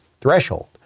threshold